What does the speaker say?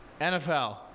NFL